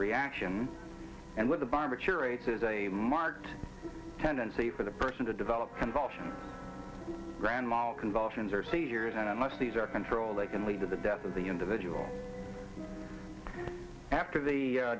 reaction and with the barbiturates is a marked tendency for the person to develop convulsions grandma convulsions or seizures and unless these are controlled they can lead to the death of the individual after the